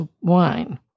wine